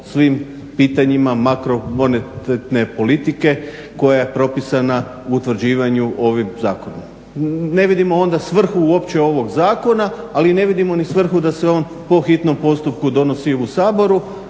svim pitanjima makromonetarne politike koja je propisana u utvrđivanju ovim zakonom. Ne vidimo onda svrhu uopće ovog zakona, ali ne vidimo ni svrhu da se on po hitnom postupku donosi u Saboru